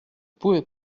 pouvez